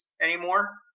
anymore